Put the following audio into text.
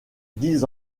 dix